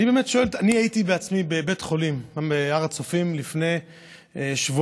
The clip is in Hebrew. אני בעצמי הייתי בבית החולים הר הצופים לפני שבועיים,